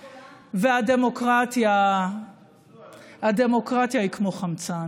זו לא רק הממשלה, גם התקשורת,